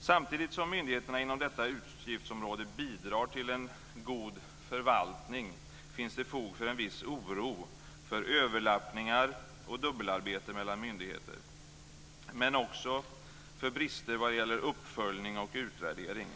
Samtidigt som myndigheterna inom detta utgiftsområde bidrar till en god förvaltning finns det fog för en viss oro för överlappningar och dubbelarbete mellan myndigheter men också för brister vad gäller uppföljning och utvärdering.